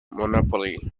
monopoly